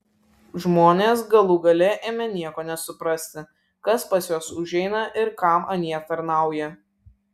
žmonės galų gale ėmė nieko nesuprasti kas pas juos užeina ir kam anie tarnauja